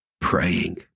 praying